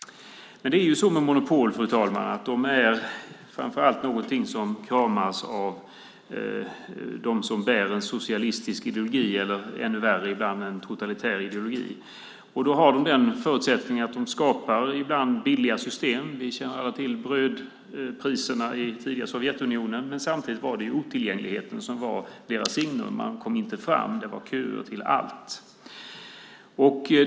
Fru talman! Monopol är något som kramas av framför allt dem som bär en socialistisk ideologi eller, ännu värre ibland, en totalitär ideologi. De har förutsättningen att de ibland skapar billiga system. Vi känner alla till brödpriserna i tidigare Sovjetunionen, men samtidigt var det otillgängligheten som var deras signum. Det var köer till allt.